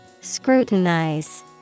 Scrutinize